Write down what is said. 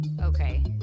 Okay